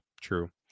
true